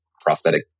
prosthetic